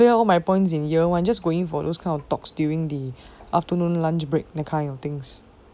I clear all my points in year one just going for those kind of talks during the afternoon lunch break that kind of things